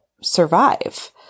survive